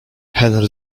henry